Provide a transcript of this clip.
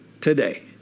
Today